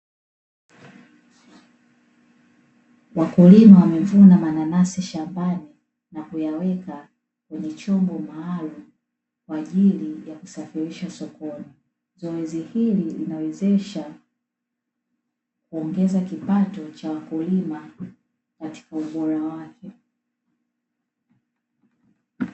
Wakulima wamevuna mananasi shambani na kuyaweka kwenye chombo maalumu kwa ajili ya kusafirisha sokoni, zoezi hili linawezesha kuongeza kipato cha wakulima katika ubora wao.